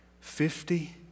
Fifty